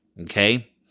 okay